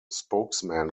spokesman